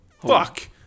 Fuck